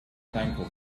thankful